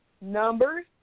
Numbers